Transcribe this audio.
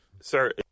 Sir